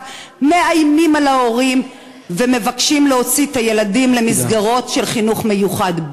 מאיימים על ההורים ומבקשים להוציא את הילדים למסגרות של חינוך מיוחד.